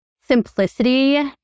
simplicity